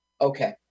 Okay